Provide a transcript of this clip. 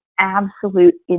absolute